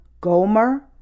Gomer